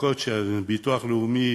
לחכות לביטוח הלאומי,